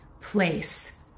place